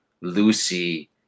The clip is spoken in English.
Lucy